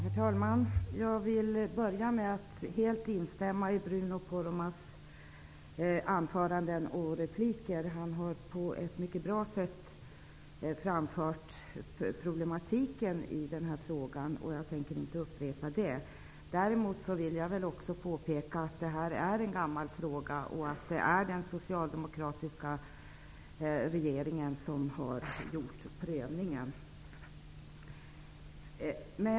Herr talman! Jag vill börja med att helt instämma i Bruno Poromaas anförande och repliker. Han har på ett mycket bra sätt framfört problematiken i frågan, och jag tänker inte upprepa det han har sagt. Däremot vill jag också påpeka att det här är en gammal fråga och att det var den socialdemokratiska regeringen som gjorde prövningen.